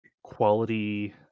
quality